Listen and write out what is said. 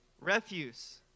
Refuse